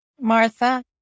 Martha